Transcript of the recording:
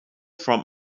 from